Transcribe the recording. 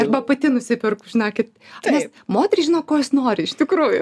arba pati nusiperku žinokit taip moterys žino ko jos nori iš tikrųjų